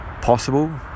possible